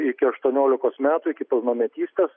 iki aštuoniolikos metų iki pilnametystės